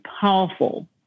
powerful